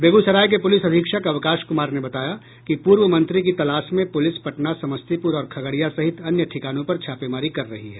बेगूसराय के पूलिस अधीक्षक अवकाश कुमार ने बताया कि पूर्व मंत्री की तलाश में पूलिस पटना समस्तीपूर और खगड़िया सहित अन्य ठिकानों पर छापेमारी कर रही है